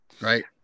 Right